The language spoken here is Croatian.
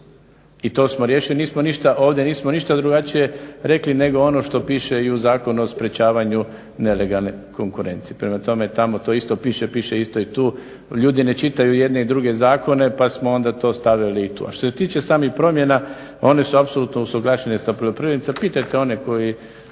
I to smo riješili, nismo ništa, ovdje nismo ništa drugačije rekli nego ono što piše i u Zakonu o sprječavanju nelegalne konkurencije. Prema tome, tamo to isto piše, piše isto i tu, ljudi ne čitaju jedne i druge zakone pa smo onda to stavili i tu. A što se tiče samih promjena one su apsolutno usuglašeno sa poljoprivrednicima,